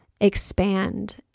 expand